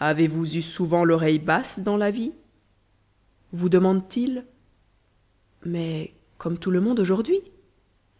avez-vous eu souvent l'oreille basse dans la vie vous demande-t-il mais comme tout le monde aujourd'hui